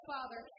Father